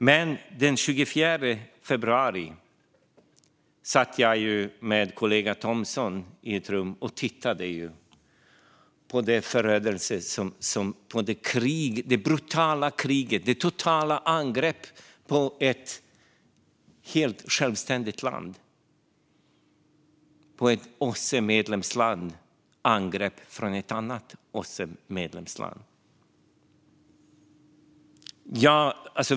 Men den 24 februari satt jag med kollegan Thomsson i ett rum och tittade på det brutala angreppet på ett helt självständigt land - ett angrepp på ett OSSE-medlemsland från ett annat OSSE-medlemsland.